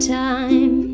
time